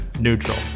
neutral